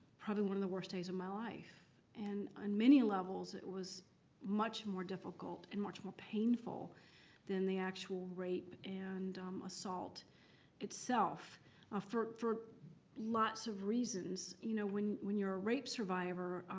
probably one of the worst days of my life. and on many levels, it was much more difficult and much more painful than the actual rape and assault itself ah for for lots of reasons. you know when when you're a rape survivor,